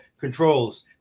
controls